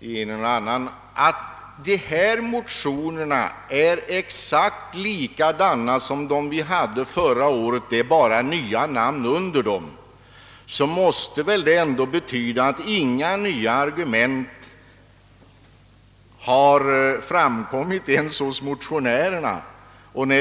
i en annan — exakt likadana som de motioner vi behandlade förra året, det är bara nya namn under dem, så måste det väl betyda, att inga nya argument har framkommit ens enligt motionärernas uppfattning.